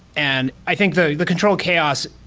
and i think the the control chaos,